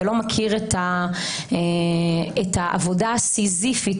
שלא מכיר את העבודה הסיזיפית,